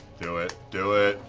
do it, do it.